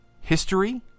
history